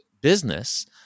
business